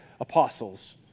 apostles